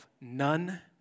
None